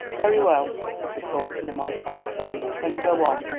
very well, said the court in a mollified tone, then go on!